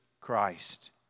Christ